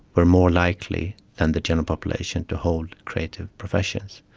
were more likely than the general population to hold creative professions.